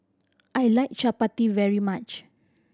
I like Chapati very much